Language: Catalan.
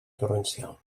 torrencial